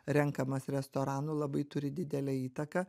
renkamas restoranų labai turi didelę įtaką